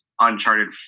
Uncharted